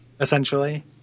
essentially